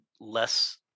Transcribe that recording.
less